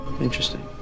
Interesting